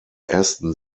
ersten